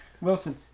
Wilson